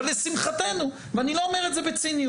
אבל לשמחתנו ואני לא אומר את זה בציניות,